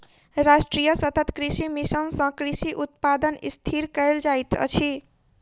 राष्ट्रीय सतत कृषि मिशन सँ कृषि उत्पादन स्थिर कयल जाइत अछि